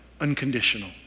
unconditional